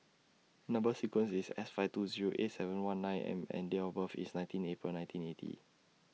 Number sequence IS S five two Zero eight seven one nine M and Date of birth IS nineteen April nineteen eighty